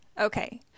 Okay